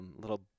little